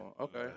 Okay